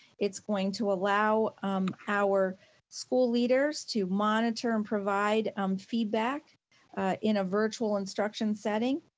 it's going to allow our school leaders to monitor and provide um feedback in a virtual instruction setting.